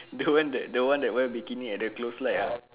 the one that the one that wear bikini at the close light uh